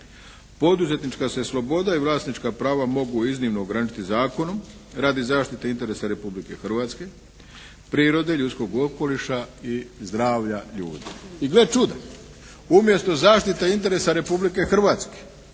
Poduzetnička se sloboda i vlasnička prava mogu iznimno ograničiti zakonom radi zaštite interesa Republike Hrvatske, prirode ljudskog okoliša i zdravlja ljudi." I gle čuda, umjesto zaštite interesa Republike Hrvatske,